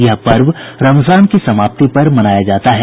यह पर्व रमजान की समाप्ति पर मनाया जाता है